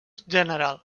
general